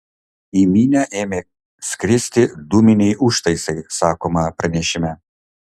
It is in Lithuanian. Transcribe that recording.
į minią ėmė skristi dūminiai užtaisai sakoma pranešime